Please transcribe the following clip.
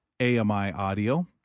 AMI-audio